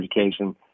education